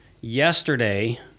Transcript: yesterday